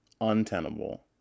untenable